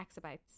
exabytes